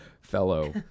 fellow